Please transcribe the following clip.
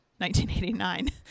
1989